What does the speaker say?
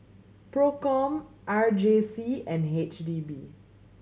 Procom R J C and H D B